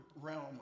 realm